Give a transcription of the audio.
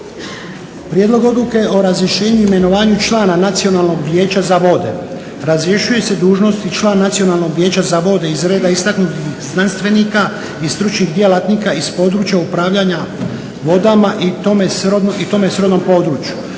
Prijedlog odluke o razrješenje i imenovanju člana Nacionalnog vijeća za vode. Razrješuje se dužnosti član Nacionalnog vijeća za vode iz reda istaknutih znanstvenika i stručnih djelatnika iz područja upravljanja vodama i tome srodnom području